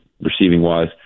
receiving-wise